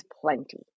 plenty